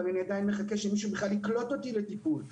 אני עדיין מחכה שמישהו בכלל יקלוט אותי לטיפול.